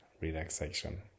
relaxation